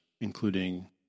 including